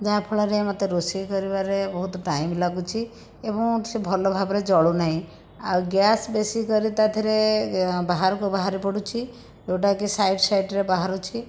ଯାହାଫଳରେ ମୋତେ ରୋଷେଇ କରିବାରେ ବହୁତ ଟାଇମ ଲାଗୁଛି ଏବଂ ସେ ଭଲ ଭାବରେ ଜଳୁନାହିଁ ଆଉ ଗ୍ୟାସ୍ ବେଶି କରି ତା' ଦେହରେ ବାହାରକୁ ବାହାରି ପଡୁଛି ଯେଉଁଟାକି ସାଇଡ଼ ସାଇଡ଼ରେ ବାହାରୁଛି